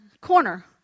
corner